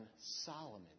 Solomon